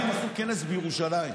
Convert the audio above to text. גדלת בבית מזרחי.